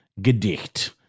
Gedicht